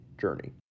journey